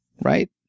right